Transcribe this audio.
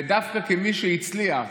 ודווקא כמי שהצליח